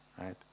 right